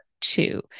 two